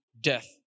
death